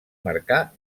marcà